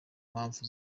mpamvu